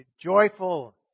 joyful